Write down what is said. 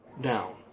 down